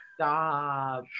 stop